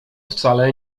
wcale